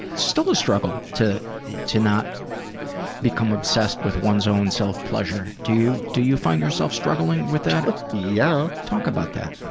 still a struggle, to to not become obsessed with one's own self-pleasure. do you do you find yourself struggling with that? ah yeah! talk about that?